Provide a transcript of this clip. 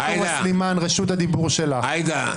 --- עאידה,